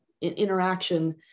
interaction